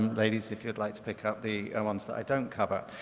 ladies, if you'd like to pick up the ones that i don't cover.